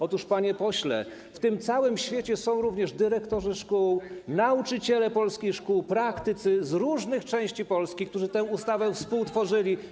Otóż, panie pośle, w tym całym świecie są również dyrektorzy szkół, nauczyciele polskich szkół, praktycy z różnych części Polski, którzy tę ustawę współtworzyli.